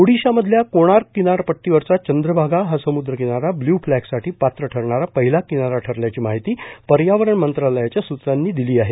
ओडिशामधल्या कोणार्क किनारपट्टीवरचा चंद्रभागा हा समुद्र किनारा ब्ल्यू फ्लॅगसाठी पात्र ठरणारा पहिला किनारा ठरल्याची माहिती पर्यावरण मंत्रालयाच्या सुत्रांनी दिली आहे